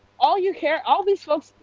all you care, all these folks,